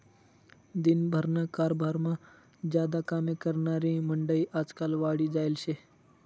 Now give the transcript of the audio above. दिन भरना कारभारमा ज्यादा कामे करनारी मंडयी आजकाल वाढी जायेल शे